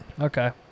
Okay